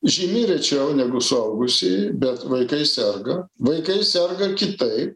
žymiai rečiau negu suaugusieji bet vaikai serga vaikai serga kitaip